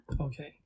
Okay